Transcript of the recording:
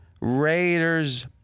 Raiders